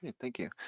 thank you,